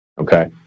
Okay